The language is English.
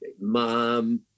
Mom